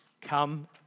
come